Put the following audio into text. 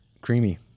creamy